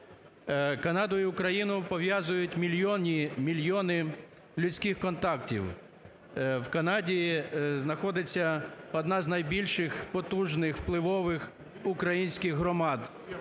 Канаду і Україну пов'язують мільйони людських контактів. В Канаді знаходиться одна з найбільших потужних, впливових українських громад,